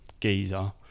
geezer